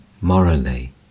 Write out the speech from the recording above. morally